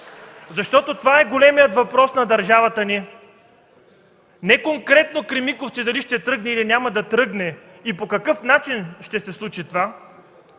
Това е големият въпрос на държавата ни – не конкретно „Кремиковци” дали ще тръгне или не и по какъв начин ще се случи това,